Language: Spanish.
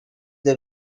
the